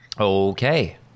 okay